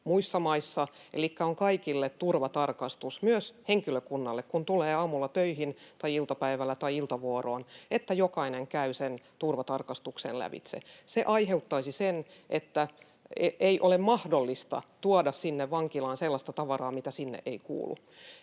muissa maissa, että on kaikille turvatarkastus, myös henkilökunnalle, kun tulee aamulla töihin tai iltapäivällä tai iltavuoroon, että jokainen käy sen turvatarkastuksen lävitse. Se aiheuttaisi sen, että ei ole mahdollista tuoda sinne vankilaan sellaista tavaraa, mitä sinne ei kuulu.